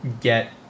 get